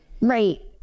Right